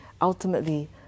ultimately